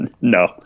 No